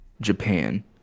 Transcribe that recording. Japan